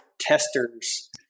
testers